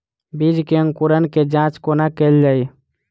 बीज केँ अंकुरण केँ जाँच कोना केल जाइ?